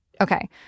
Okay